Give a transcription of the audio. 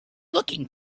looking